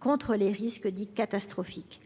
contre les risques dits catastrophiques.